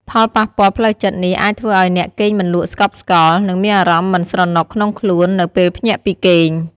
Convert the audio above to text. ផលប៉ះពាល់ផ្លូវចិត្តនេះអាចធ្វើឱ្យអ្នកគេងមិនលក់ស្កប់ស្កល់ និងមានអារម្មណ៍មិនស្រណុកក្នុងខ្លួននៅពេលភ្ញាក់ពីគេង។